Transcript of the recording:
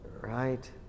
Right